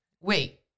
Wait